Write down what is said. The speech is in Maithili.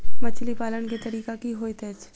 मछली पालन केँ तरीका की होइत अछि?